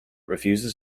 refuses